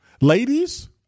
Ladies